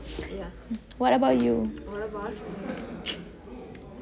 how about you